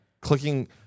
clicking